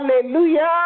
Hallelujah